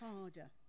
harder